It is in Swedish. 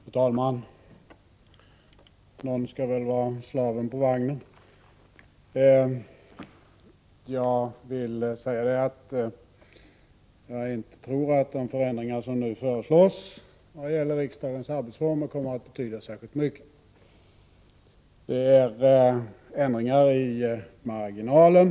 Fru talman! Någon skall väl vara slaven på vagnen. Jag tror inte att de förändringar som nu föreslås vad gäller riksdagens arbetsformer kommer att betyda särskilt mycket. Det handlar om ändringar i marginalen.